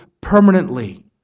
permanently